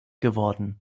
geworden